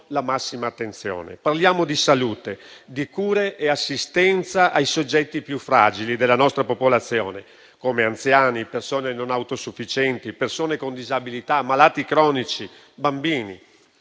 la massima attenzione. Parliamo di salute, di cure e di assistenza ai soggetti più fragili della nostra popolazione, come anziani, persone non autosufficienti, persone con disabilità, malati cronici, bambini.